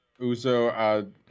Uzo